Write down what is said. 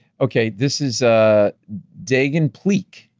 okay, this is ah dagan pleak,